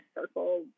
circle